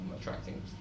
attracting